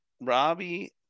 Robbie